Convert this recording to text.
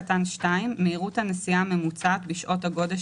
"(2)מהירות הנסיעה הממוצעת בשעות הגודש